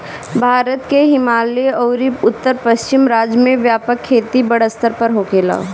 भारत के हिमालयी अउरी उत्तर पश्चिम राज्य में व्यापक खेती बड़ स्तर पर होखेला